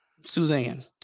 Suzanne